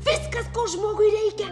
viskas ko žmogui reikia